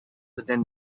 within